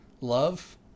love